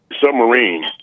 submarine